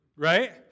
Right